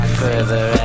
further